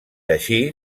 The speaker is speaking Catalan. així